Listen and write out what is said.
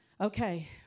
Okay